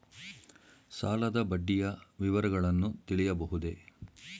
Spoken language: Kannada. ಸಾಲದ ಬಡ್ಡಿಯ ವಿವರಗಳನ್ನು ತಿಳಿಯಬಹುದೇ?